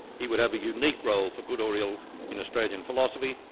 he would have a unique role for good or ill in australian philosophy,